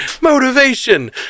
Motivation